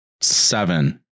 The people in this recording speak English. seven